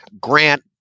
Grant